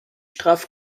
straff